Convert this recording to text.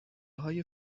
های